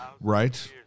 Right